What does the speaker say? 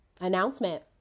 Announcement